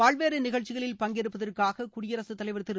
பல்வேறு நிகழ்ச்சிகளில் பங்கேற்பதற்காக குடியரசுத் தலைவர் திரு